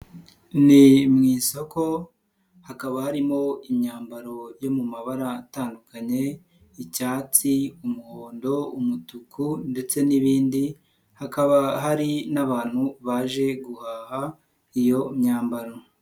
Ni mu isoko hakaba harimo imyambaro yo mu mabara atandukanye icyatsi, umuhondo, umutuku ndetse n'ibindi, hakaba hari n'abantu baje guhaha iyo myambaro.